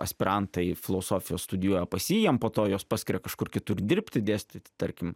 aspirantai filosofiją studijuoja pas jį jiem po to juos paskiria kažkur kitur dirbti dėstyt tarkim